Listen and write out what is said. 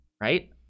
right